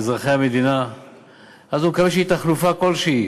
אזרחי המדינה הוא מקבל חלופה כלשהי,